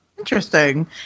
interesting